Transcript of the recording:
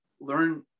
learn